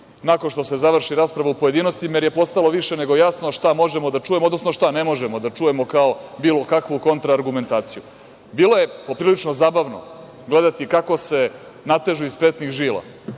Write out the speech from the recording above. nakon što se završi rasprava u pojedinostima jer je postalo više nego jasno što možemo da čujemo, odnosno šta ne možemo da čujemo kao bilo kakvu kontra-argumentaciju. Bilo je poprilično zabavno gledati kako se natežu iz petnih žila,